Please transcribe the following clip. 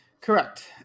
Correct